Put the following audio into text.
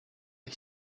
sie